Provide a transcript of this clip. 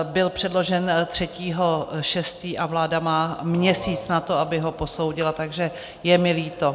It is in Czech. Byl předložen 3. 6. a vláda má měsíc na to, aby ho posoudila, takže je mi líto.